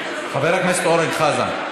חבר הכנסת אורן חזן,